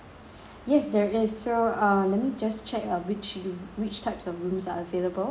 yes there is so uh let me just check uh which room which types of rooms are available